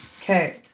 Okay